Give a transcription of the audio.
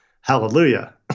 hallelujah